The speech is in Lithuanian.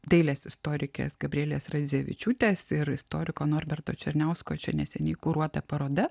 dailės istorikės gabrielės radzevičiūtės ir istoriko norberto černiausko čia neseniai kuruota paroda